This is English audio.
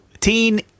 Teen